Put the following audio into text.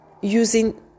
using